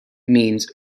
means